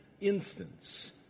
instance